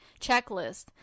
checklist